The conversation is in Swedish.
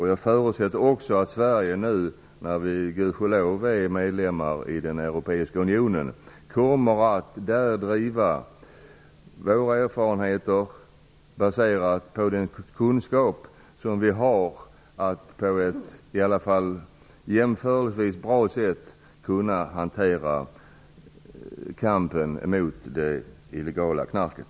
Jag förutsätter också att Sverige när vi nu gudskelov är medlemmar i den europeiska unionen kommer att redovisa våra erfarenheter baserade på den kunskap som vi har att på ett jämförelsevis bra sätt hantera kampen mot det illegala knarket.